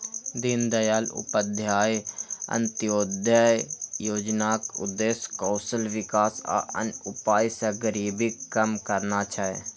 दीनदयाल उपाध्याय अंत्योदय योजनाक उद्देश्य कौशल विकास आ अन्य उपाय सं गरीबी कम करना छै